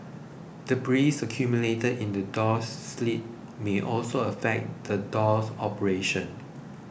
debris accumulated in the door sill may also affect the door's operation